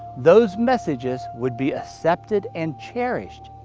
those messages would be accepted and cherished.